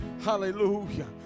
Hallelujah